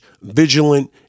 vigilant